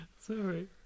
Sorry